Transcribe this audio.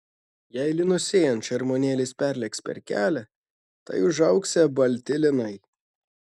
jei linus sėjant šermuonėlis perlėks per kelią tai užaugsią balti linai